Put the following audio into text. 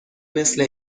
مثل